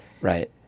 Right